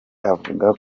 avuga